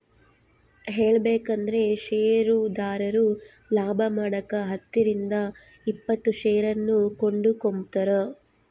ಹೇಳಬೇಕಂದ್ರ ಷೇರುದಾರರು ಲಾಭಮಾಡಕ ಹತ್ತರಿಂದ ಇಪ್ಪತ್ತು ಷೇರನ್ನು ಕೊಂಡುಕೊಂಬ್ತಾರ